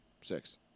six